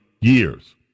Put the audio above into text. years